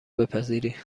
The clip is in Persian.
بپذیری